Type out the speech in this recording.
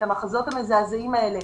את המחזות המזעזעים האלה,